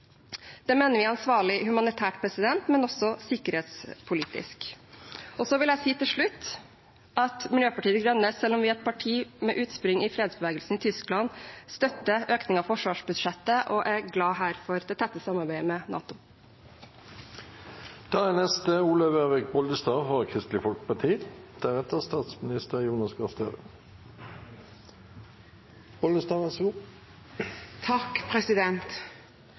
Det mener vi er ansvarlig humanitært, men også sikkerhetspolitisk. Til slutt vil jeg si at selv om Miljøpartiet De Grønne er et parti med utspring i fredsbevegelsen i Tyskland, støtter vi økning av forsvarsbudsjettet og er glad her for det tette samarbeidet med NATO. Russland startet og bedriver en meningsløs og brutal krig mot Ukraina. Lidelsene er